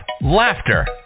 laughter